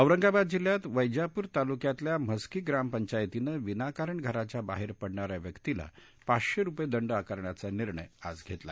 औरंगाबाद जिल्ह्यात वैजापूर तालुक्यातल्या म्हस्की ग्रामपंचायतीनं विनाकारण घराच्या बाहेर पडणाऱ्या व्यक्तीला पाचशे रूपये दंड आकारण्याचा निर्णय आज घेतला